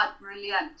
brilliant